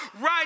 right